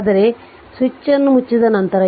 ಆದರೆ ಸ್ವಿಚ್ ಅನ್ನು ಮುಚ್ಚಿದ ನಂತರ ಅದು 2